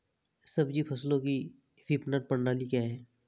सब्जी फसलों की विपणन प्रणाली क्या है?